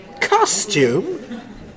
Costume